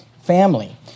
Family